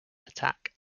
attack